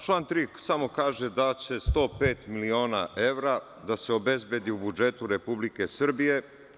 Član 3. samo kaže da će 105 miliona evra da se obezbedi u budžetu Republike Srbije.